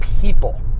people